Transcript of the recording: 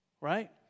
Right